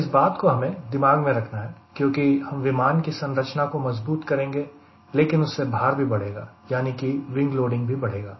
इस बात को हमें दिमाग में रखना है क्योंकि हम विमान की संरचना को मजबूत करेंगे लेकिन उससे भार भी बढ़ेगा यानी कि विंग लोडिंग भी बढ़ेगा